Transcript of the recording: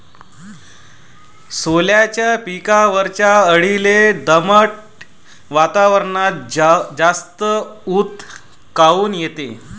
सोल्याच्या पिकावरच्या अळीले दमट वातावरनात जास्त ऊत काऊन येते?